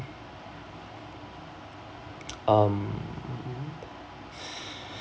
um